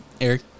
Eric